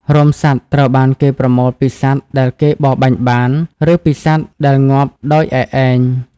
រោមសត្វត្រូវបានគេប្រមូលពីសត្វដែលគេបរបាញ់បាន ឬពីសត្វដែលងាប់ដោយឯកឯង។